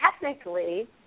Technically